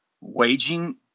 waging